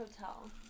hotel